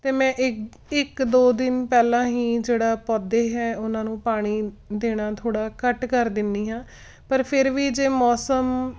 ਤਾਂ ਮੈਂ ਇੱਕ ਇੱਕ ਦੋ ਦਿਨ ਪਹਿਲਾਂ ਹੀ ਜਿਹੜਾ ਪੌਦੇ ਹੈ ਉਹਨਾਂ ਨੂੰ ਪਾਣੀ ਦੇਣਾ ਥੋੜ੍ਹਾ ਘੱਟ ਕਰ ਦਿੰਦੀ ਹਾਂ ਪਰ ਫੇਰ ਵੀ ਜੇ ਮੌਸਮ